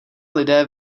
lidé